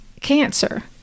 cancer